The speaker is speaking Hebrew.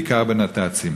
בעיקר בנת"צים.